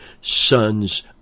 sons